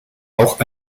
auch